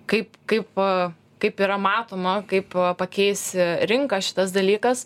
kaip kaip kaip yra matoma kaip pakeis rinką šitas dalykas